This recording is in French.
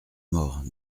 mort